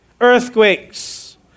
earthquakes